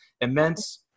immense